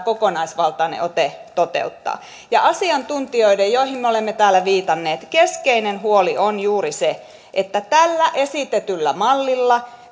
kokonaisvaltainen ote toteuttaa ja asiantuntijoiden joihin me olemme täällä viitanneet keskeinen huoli on juuri se että tällä esitetyllä mallilla